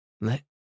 let